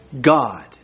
God